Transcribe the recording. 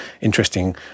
interesting